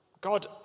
God